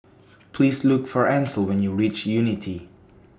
Please Look For Ancel when YOU REACH Unity